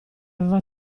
aveva